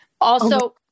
Also-